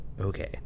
Okay